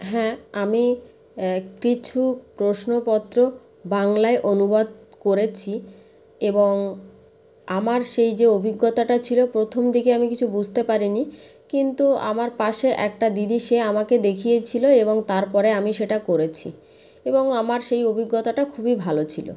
হ্যাঁ আমি কিছু প্রশ্নপত্র বাংলায় অনুবাদ করেছি এবং আমার সেই যে অভিজ্ঞতাটা ছিল প্রথম দিকে আমি কিছু বুঝতে পারিনি কিন্তু আমার পাশে একটা দিদি সে আমাকে দেখিয়েছিল এবং তারপরে আমি সেটা করেছি এবং আমার সেই অভিজ্ঞতাটা খুবই ভালো ছিল